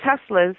Tesla's